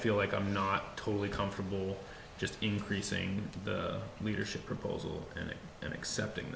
feel like i'm not totally comfortable just increasing the leadership proposal and accepting